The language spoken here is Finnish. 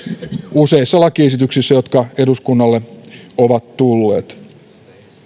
useissa lakiesityksissä jotka eduskunnalle ovat tulleet